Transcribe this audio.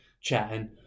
chatting